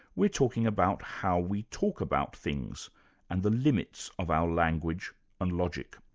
we're talking about how we talk about things and the limits of our language and logic.